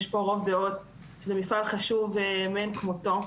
יש פה רוב דעות שהוא מפעל חשוב מאין כמותו.